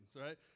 right